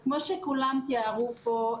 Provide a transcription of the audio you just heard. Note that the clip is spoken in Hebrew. כמו שכולם תיארו פה.